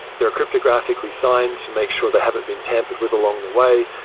they're cryptographically signed to make sure they haven't been tampered with along the way.